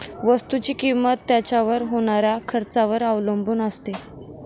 वस्तुची किंमत त्याच्यावर होणाऱ्या खर्चावर अवलंबून असते